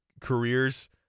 careers